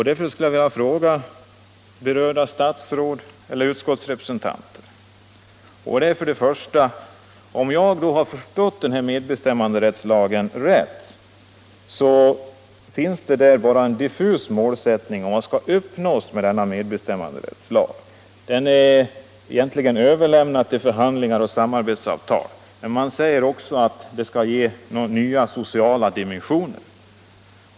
Därför skulle jag vilja ställa några frågor till berörda statsråd eller utskottsrepresentanter. Om jag förstått medbestämmanderättslagen rätt, så finns där bara en diffus målsättning i fråga om vad som skall uppnås med denna medbestämmanderättslag. Man överlåter det egentligen till förhandlingar och samarbetsavtal. Men man säger också att lagen skall ge nya sociala dimensioner.